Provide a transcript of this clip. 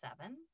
seven